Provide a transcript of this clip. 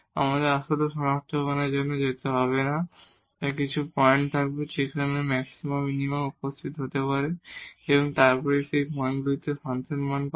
আমাদের আসলে শনাক্তকরণের জন্য যেতে হবে না তাই কিছু পয়েন্ট থাকবে যেখানে ম্যাক্সিমা মিনিমা উপস্থিত হতে পারে এবং তারপরে আমরা সেই পয়েন্টগুলিতে ফাংশন মান পাব